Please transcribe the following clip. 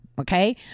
Okay